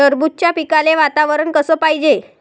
टरबूजाच्या पिकाले वातावरन कस पायजे?